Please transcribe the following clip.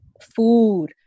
food